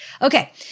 Okay